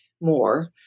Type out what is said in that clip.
more